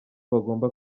bagomba